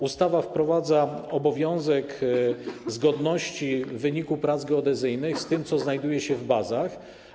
Ustawa wprowadza obowiązek zgodności wyniku prac geodezyjnych z tym, co znajduje się w bazach.